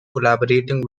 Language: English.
collaborating